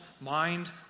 mind